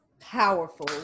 powerful